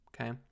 Okay